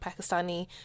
Pakistani